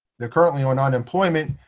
they're currently on unemployment.